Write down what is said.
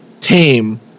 tame